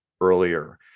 earlier